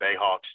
Bayhawks